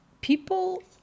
People